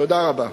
תודה רבה.